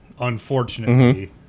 unfortunately